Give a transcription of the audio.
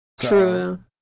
True